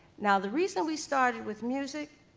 now, the reason we started with music,